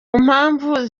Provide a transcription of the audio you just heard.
mpamvu